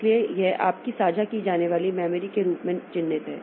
इसलिए यह आपकी साझा की जाने वाली मेमोरी के रूप में चिह्नित है